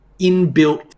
inbuilt